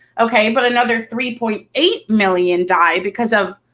okay? but another three point eight million die because of,